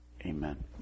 Amen